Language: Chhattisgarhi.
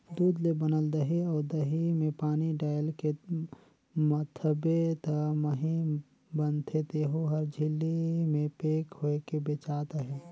दूद ले बनल दही अउ दही में पानी डायलके मथबे त मही बनथे तेहु हर झिल्ली में पेक होयके बेचात अहे